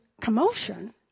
commotion